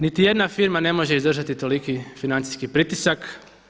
Niti jedna firma ne može izdržati toliki financijski pritisak.